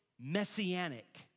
messianic